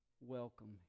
welcome